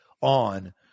on